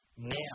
Now